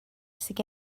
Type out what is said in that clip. sydd